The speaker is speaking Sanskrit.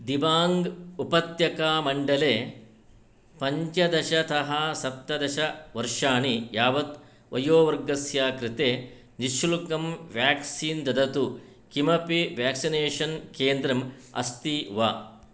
दिबाङ्गुपत्यकामण्डले पञ्चदशतः सप्तदशवर्षाणि यावत् वयोवर्गस्य कृते निःशुल्कं वाक्क्सीन्स् ददतु किमपि व्याक्सिनेषन् केन्द्रम् अस्ति वा